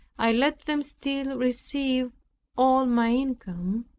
i let them still receive all my income,